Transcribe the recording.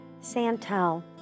Santel